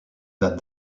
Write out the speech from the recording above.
that